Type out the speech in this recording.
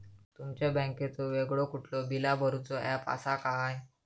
तुमच्या बँकेचो वेगळो कुठलो बिला भरूचो ऍप असा काय?